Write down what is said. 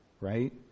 right